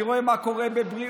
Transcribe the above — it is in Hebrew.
אני רואה מה קורה בבריאות,